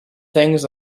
things